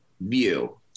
view